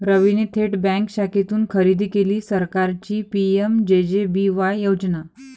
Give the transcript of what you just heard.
रवीने थेट बँक शाखेतून खरेदी केली सरकारची पी.एम.जे.जे.बी.वाय योजना